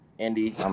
Andy